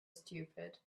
stupid